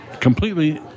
completely